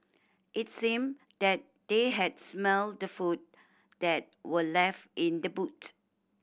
it seemed that they had smelt the food that were left in the boot